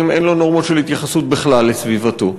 אין לו נורמות של התייחסות בכלל לסביבתו.